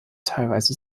teilweise